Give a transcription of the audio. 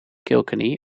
kilkenny